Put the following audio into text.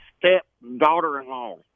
step-daughter-in-law